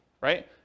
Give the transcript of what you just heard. right